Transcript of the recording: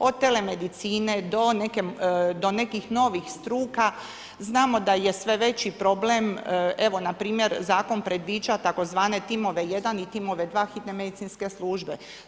Od telemedicine do nekih novih struka znamo da je sve veći problem evo npr. zakon predviđa tzv. timove 1 i timove 2 hitne medicinske službe.